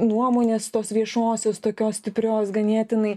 nuomonės tos viešosios tokios stiprios ganėtinai